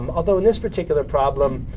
um although in this particular problem